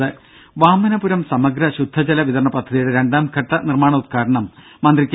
ദേദ വാമനപുരം സമഗ്ര ശുദ്ധജല വിതരണപദ്ധതിയുടെ രണ്ടാംഘട്ട നിർമാണോദ്ഘാടനം മന്ത്രി കെ